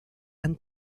han